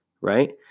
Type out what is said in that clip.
right